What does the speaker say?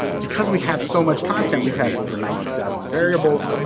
because we have so much content we've had over ninety thousand variables.